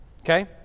Okay